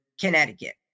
Connecticut